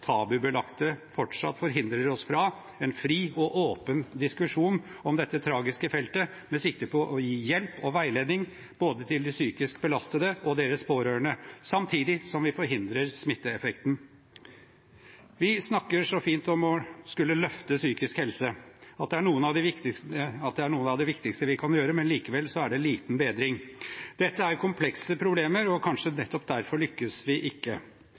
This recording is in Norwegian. tabubelagte fortsatt forhindrer oss fra en fri og åpen diskusjon om dette tragiske feltet, med sikte på å gi hjelp og veiledning både til de psykisk belastede og til deres pårørende, samtidig som vi forhindrer smitteeffekten. Vi snakker så fint om å skulle løfte psykisk helse, og at det er noe av det viktigste vi kan gjøre. Likevel er det liten bedring. Dette er komplekse problemer, og kanskje nettopp derfor lykkes vi ikke.